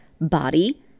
body